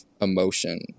emotion